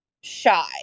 shy